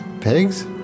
pigs